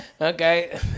Okay